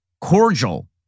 cordial